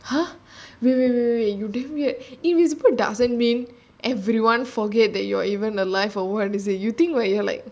!huh! wait wait wait you damn weird invisible doesn't mean everyone forget that you're even alive or what is it you think that you're like